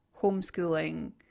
homeschooling